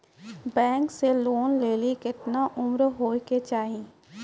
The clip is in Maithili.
बैंक से लोन लेली केतना उम्र होय केचाही?